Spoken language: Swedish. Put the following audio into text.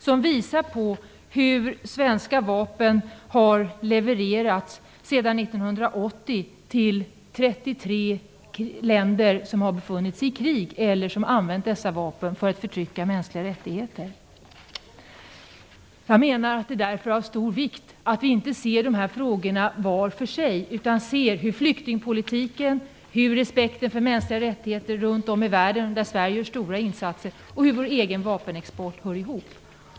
Den visar att svenska vapen sedan 1980 har levererats till 33 länder som har befunnit sig i krig eller som använt dessa vapen för att undertrycka mänskliga rättigheter. Det är därför av stor vikt att vi inte ser de här frågorna var för sig utan ser att flyktingpolitiken, respekten för mänskliga rättigheter runt om i världen, där Sverige gör stora insatser, och vår egen vapenexport hör ihop.